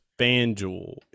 FanDuel